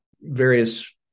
various